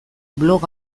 blog